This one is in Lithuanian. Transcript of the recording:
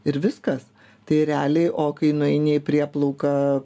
ir viskas tai realiai o kai nueini į prieplauką